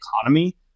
economy